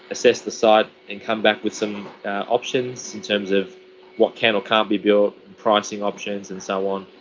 assess the site and come back with some options in terms of what can or can't be built, pricing options and so on.